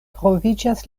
troviĝas